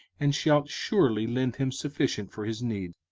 and shalt surely lend him sufficient for his need,